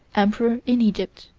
emperor in egypt.